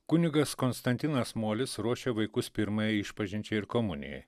kunigas konstantinas molis ruošia vaikus pirmajai išpažinčiai ir komunijai